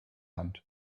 hand